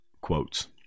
quotes